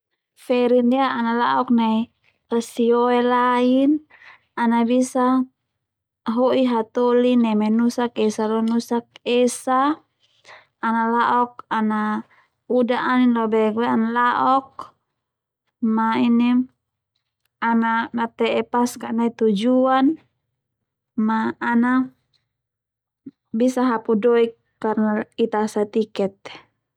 Feri ndia ana la'ok nai tasioe lain ana bisa ho'i hatoli neme nusak esa lo nusak esa ana la'ok u'da anin lobek boe ana la'ok ana natee pas nai tujuan ma ana bisa hapu doik karna ita asa tiket.